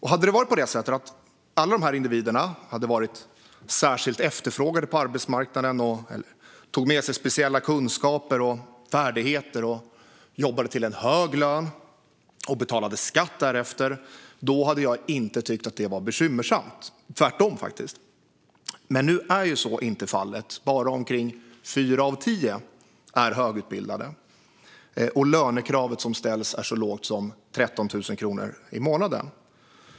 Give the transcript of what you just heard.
Hade alla dessa individer varit särskilt efterfrågade på arbetsmarknaden, tagit med sig speciella kunskaper och färdigheter och jobbat till en hög lön och betalat skatt därefter hade jag inte tyckt att detta var bekymmersamt, tvärtom. Men så är inte fallet. Bara omkring fyra av tio är högutbildade, och lönekravet som ställs är så lågt som 13 000 kronor i månaden.